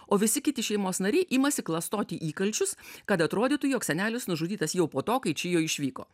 o visi kiti šeimos nariai imasi klastoti įkalčius kad atrodytų jog senelis nužudytas jau po to kai čijo išvyko